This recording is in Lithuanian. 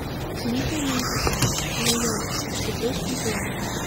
klykiau mintyse nejau aš tikrai su juo